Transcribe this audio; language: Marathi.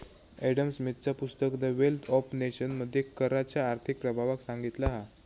ॲडम स्मिथचा पुस्तक द वेल्थ ऑफ नेशन मध्ये कराच्या आर्थिक प्रभावाक सांगितला हा